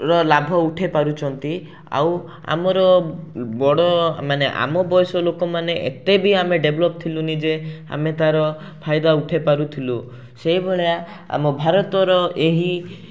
ର ଲାଭ ଉଠେଇ ପାରୁଛନ୍ତି ଆଉ ଆମର ବଡ଼ ମାନେ ଆମ ବୟସ ଲୋକମାନେ ଏତେ ବି ଆମେ ଡେଭଲପ୍ ଥିଲୁନି ଯେ ଆମେ ତା'ର ଫାଇଦା ଉଠେଇ ପାରୁଥିଲୁ ସେଇଭଳିଆ ଆମ ଭାରତର ଏହି